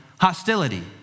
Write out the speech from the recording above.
hostility